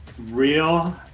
Real